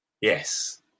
yes